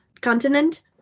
continent